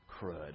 crud